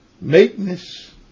meekness